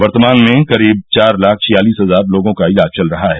वर्तमान में करीब चार लाख छियालिस हजार लोगों का इलाज चल रहा है